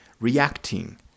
reacting